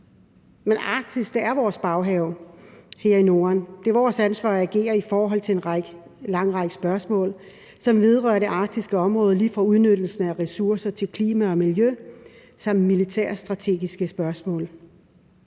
Men Arktis er vores baghave her i Norden; det er vores ansvar at agere i forhold til en lang række spørgsmål, som vedrører det arktiske område, lige fra udnyttelsen af ressourcer til klima og miljø samt militærstrategiske spørgsmål.